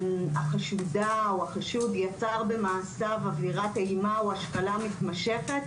החשודה או החשוד יצר במעשיו אווירת אימה או השפלה מתמשכת